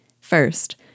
First